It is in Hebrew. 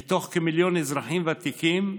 מתוך כמיליון אזרחים ותיקים,